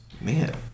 Man